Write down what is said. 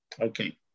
Okay